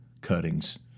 cuttings